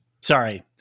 sorry